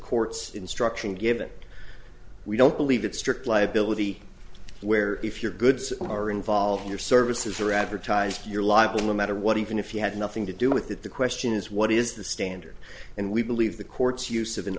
court's instruction given we don't believe that strict liability where if your goods are involved your services are advertised you're liable no matter what even if you had nothing to do with it the question is what is the standard and we believe the courts use of an